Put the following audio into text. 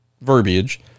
verbiage